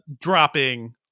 Dropping